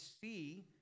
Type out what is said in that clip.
see